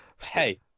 Hey